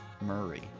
Murray